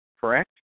correct